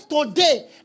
today